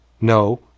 No